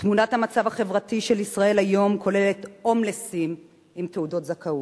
תמונת המצב החברתית של ישראל היום כוללת הומלסים עם תעודת זכאות.